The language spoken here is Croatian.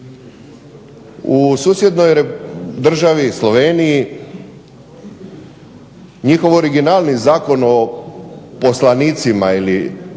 U susjednoj državi Sloveniji njihov originalni Zakon o poslanicima ili